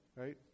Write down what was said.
Right